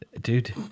Dude